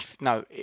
no